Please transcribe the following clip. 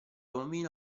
bambina